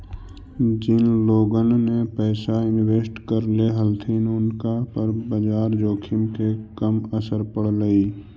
जिन लोगोन ने पैसा इन्वेस्ट करले हलथिन उनका पर बाजार जोखिम के कम असर पड़लई